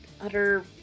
utter